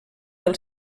del